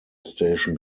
station